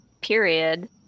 period